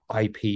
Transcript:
IP